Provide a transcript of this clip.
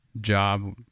job